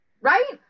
Right